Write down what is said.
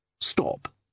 Stop